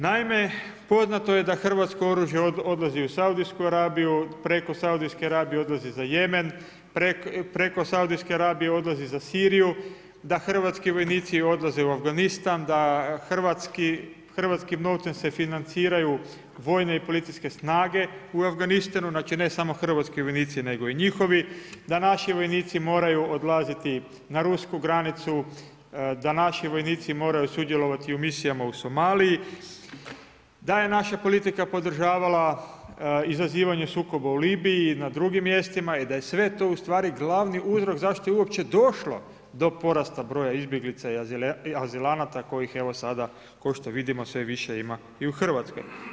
Naime, poznato je da hrvatsko oružje odlazi u Saudijsku Arabiju, preko Saudijske Arabije odlazi za Jemen, preko Saudijske Arabije odlazi za Siriju, da hrvatski vojnici odlaze u Afganistan, da hrvatskim novcem se financiraju vojne i policijske snage u Afganistanu, znači ne samo hrvatski vojnici nego i njihovi, da naši vojnici moraju odlaziti na rusku granicu, da naši vojnici moraju sudjelovati u misijama u Somaliji, da je naša politika podržavala izazivanje sukoba u Libiji i na drugim mjestima i da je sve to ustvari glavni uzrok zašto je uopće došlo do porasta broja izbjeglica i azilanata koji je evo sada kao što vidimo sve više ima i u Hrvatskoj.